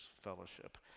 fellowship